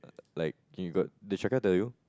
like you got did Shakira tell you